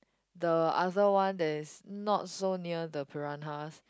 the other one that is not so near the Piranhas